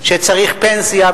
שצריך פנסיה,